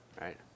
right